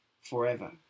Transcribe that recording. forever